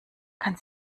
kann